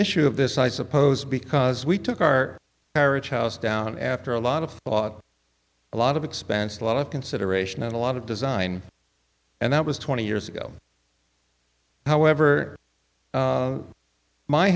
issue of this i suppose because we took our marriage house down after a lot of thought a lot of expense a lot of consideration and a lot of design and that was twenty years ago however